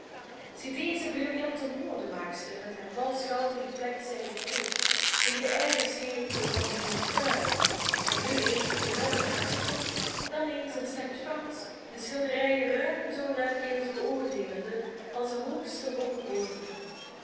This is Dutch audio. deze brillante modemaakster met haar valsch goud en geplekt zijden kleed zich de airs gevende van eene freule en nu eens met een radde haagsche tong dan eens in slecht fransch de schilderijen ruim zoo luidkeels beoordeelende als de hoogste hooggeborene